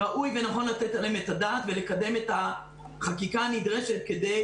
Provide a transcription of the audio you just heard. ראוי ונכון לתת עליהם את הדעת ולקדם את החקיקה הנדרשת כדי